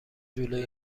جلوی